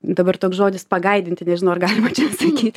dabar toks žodis pagaidinti nežinau ar galima čia sakyt